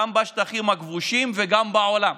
גם בשטחים הכבושים וגם בעולם.